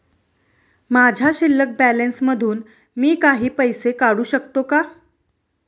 माझ्या शिल्लक बॅलन्स मधून मी काही पैसे काढू शकतो का?